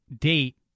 date